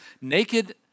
naked